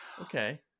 Okay